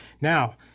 Now